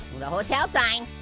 the hotel sign,